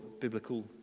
biblical